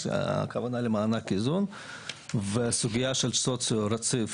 הכוונה היא למענק אזור וסוגיה של סוציו רציף